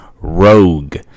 Rogue